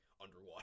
underwater